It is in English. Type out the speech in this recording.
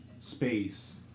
space